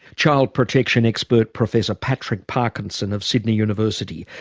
child protection expert professor patrick parkinson of sydney university.